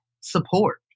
support